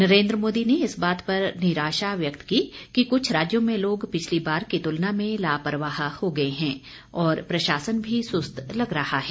नरेन्द्र मोदी ने इस बात पर निराशा व्यक्त की कि कुछ राज्यों में लोग पिछली बार की तुलना में लापरवाह हो गए हैं और प्रशासन भी सुस्त लग रहा है